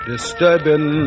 Disturbing